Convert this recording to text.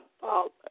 Father